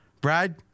Brad